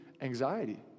anxiety